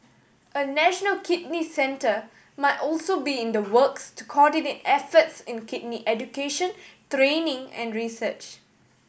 a national kidney centre might also be in the works to coordinate efforts in kidney education training and research